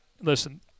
listen